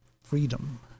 freedom